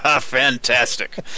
Fantastic